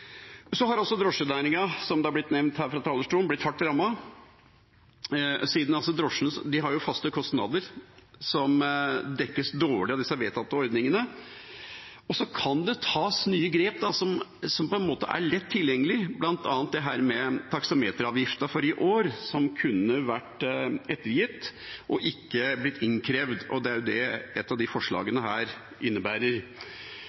har også, som det er blitt nevnt her fra talerstolen, blitt hardt rammet, for de har faste kostnader som dekkes dårlig av de vedtatte ordningene. Det kan tas nye grep som på en måte er lett tilgjengelig. Blant annet kunne taksameteravgiften for i år vært ettergitt og ikke innkrevd, og det er det et av